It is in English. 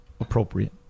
appropriate